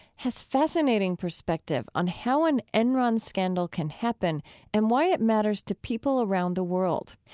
has fascinating perspective on how an enron scandal can happen and why it matters to people around the world.